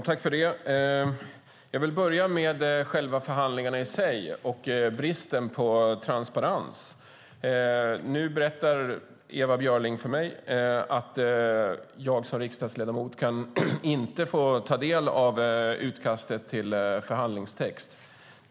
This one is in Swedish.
Herr talman! Jag börjar med själva förhandlingarna och bristen på transparens. Nu berättar Ewa Björling för mig att jag som riksdagsledamot inte kan få ta del av utkastet till förhandlingstext.